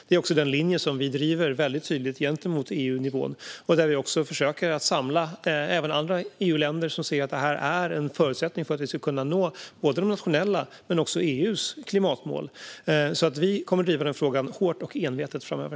Det är också den linje som vi driver väldigt tydligt gentemot EU-nivån, där vi också försöker att samla även andra EU-länder som ser att det här är en förutsättning för att vi ska kunna nå både nationella klimatmål och EU:s klimatmål. Vi kommer alltså att driva den frågan hårt och envetet framöver.